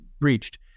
breached